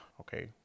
Okay